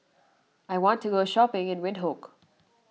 I want to go shopping in Windhoek